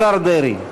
השר דרעי.